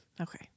Okay